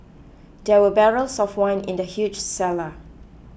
there were barrels of wine in the huge cellar